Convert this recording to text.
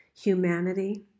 humanity